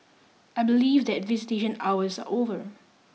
I believe that visitation hours are over